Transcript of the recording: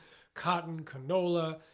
cotton, canola,